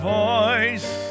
voice